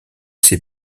ces